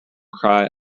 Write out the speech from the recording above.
cry